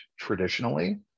traditionally